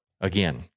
again